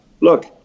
look